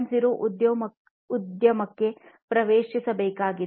0 ಉದ್ಯಮಕ್ಕೆ ಪ್ರವೇಶಿಸಬೇಕಾಗಿದೆ